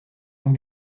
ont